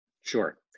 Sure